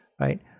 right